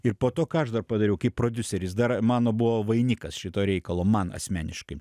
ir po to ką aš dar padariau kaip prodiuseris dar mano buvo vainikas šito reikalo man asmeniškai